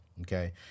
okay